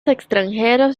extranjeros